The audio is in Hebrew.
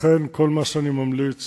לכן, כל מה שאני ממליץ